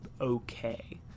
okay